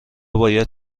باید